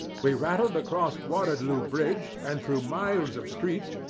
we rattled across waterloo bridge and through miles of streets,